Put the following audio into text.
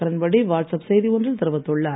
Kiran Bedi WhatsApp செய்தி ஒன்றில் தெரிவித்துள்ளார்